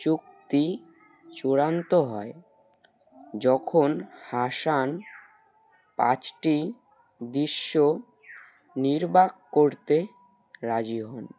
চুক্তি চূড়ান্ত হয় যখন হাসান পাঁচটি দৃশ্য নির্বাক করতে রাজি হন